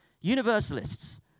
Universalists